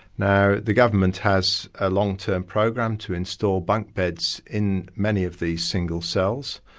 now the government has a long-term program to install bunk beds in many of these single cells,